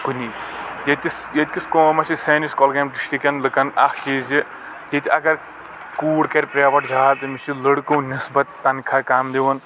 کُنی ییٚتِس ییٚتہِ کِس قومس چھ سأنِس کۄلگامہِ ڈِسٹِک کٮ۪ن لُکن اَکھ چیٖز زِ ییٚتہِ اگر کوٗر کرِ پریوٹ جاب تٔمِس چھ لٔڑکو نٮ۪سبت تنخواہ کم دِوان